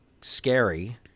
scary